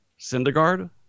Syndergaard